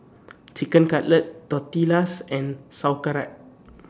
Chicken Cutlet Tortillas and Sauerkraut